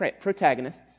protagonists